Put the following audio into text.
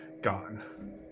gone